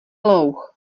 louh